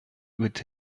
with